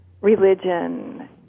religion